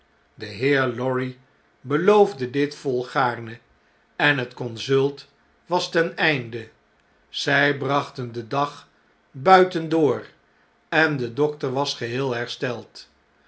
de heer lorry beloofde dit volgaarne en het consult was ten esnde zh brachten den dag buiten door en de dokter was geheel hersteld